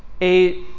eight